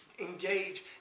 engage